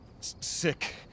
sick